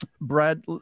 Brad